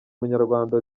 umunyarwanda